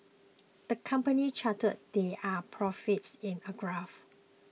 the company charted their profits in a graph